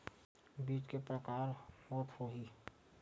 बीज के प्रकार के होत होही?